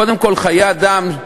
קודם כול, חיי אדם.